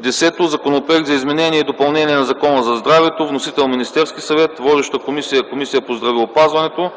10. Законопроект за изменение и допълнение на Закона за здравето. Вносител – Министерският съвет. Водеща е Комисията по здравеопазването.